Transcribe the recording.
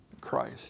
Christ